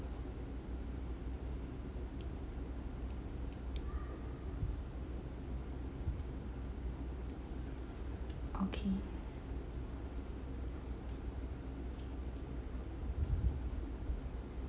okay